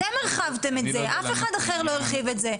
אתם הרחבתם את זה, אף אחד אחר לא הרחיב את זה.